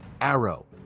arrow